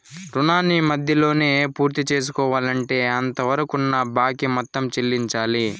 రుణాన్ని మధ్యలోనే పూర్తిసేసుకోవాలంటే అంతవరకున్న బాకీ మొత్తం చెల్లించాలి